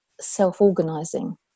self-organizing